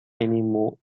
anymore